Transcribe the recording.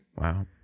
Wow